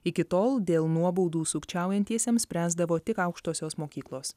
iki tol dėl nuobaudų sukčiaujantiesiems spręsdavo tik aukštosios mokyklos